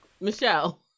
Michelle